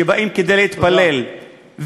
שבאים להתפלל,